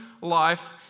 life